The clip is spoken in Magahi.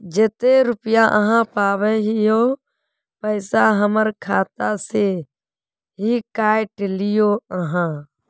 जयते रुपया आहाँ पाबे है उ पैसा हमर खाता से हि काट लिये आहाँ?